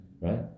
right